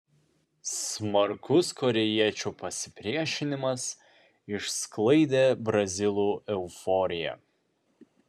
smarkus korėjiečių pasipriešinimas išsklaidė brazilų euforiją